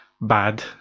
bad